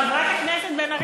חברת הכנסת בן ארי,